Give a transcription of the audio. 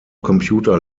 computer